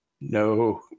No